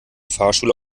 fahrschule